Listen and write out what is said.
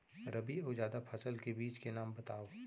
रबि अऊ जादा फसल के बीज के नाम बताव?